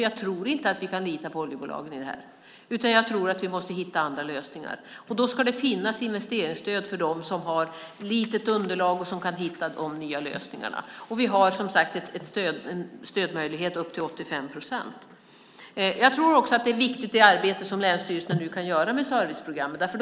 Jag tror inte att vi kan lita på oljebolagen här. Jag tror att vi måste hitta andra lösningar. Då ska det finnas investeringsstöd för dem som har litet underlag och som kan hitta de nya lösningarna. Vi har som sagt en stödmöjlighet upp till 85 procent. Jag tror också att det arbete som länsstyrelserna nu kan göra med serviceprogrammen är viktigt.